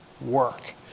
work